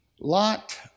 Lot